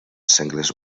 sengles